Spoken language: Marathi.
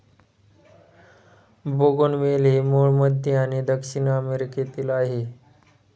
बोगनवेल हे मूळ मध्य आणि दक्षिण अमेरिकेतील आहे